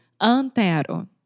Antero